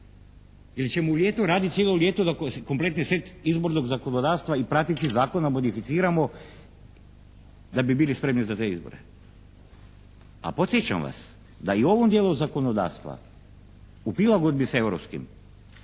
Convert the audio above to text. ili ćemo u ljetu raditi cijelo ljeto da se kompletni set izbornog zakonodavstva i praktičnih zakona modificiramo da bi bili spremni za te izbore. A podsjećam vas, da i u ovom dijelu zakonodavstva, u prilagodbi s europskim